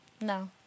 No